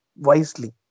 wisely